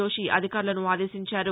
జోషి అధికారులను ఆదేశించారు